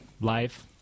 life